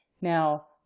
Now